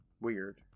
Weird